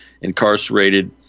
incarcerated